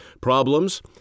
problems